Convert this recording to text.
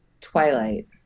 Twilight